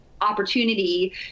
opportunity